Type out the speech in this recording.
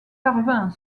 parvint